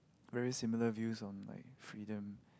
very similar views on like freedom